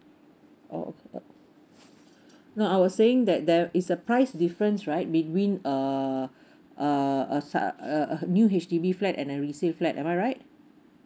oh okay got it no I was saying that there is a price difference right between uh uh uh such uh a new H_D_B flat and resale flat am I right